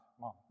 Mom